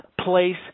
place